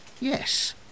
Yes